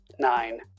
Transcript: nine